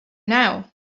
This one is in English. now